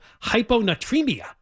hyponatremia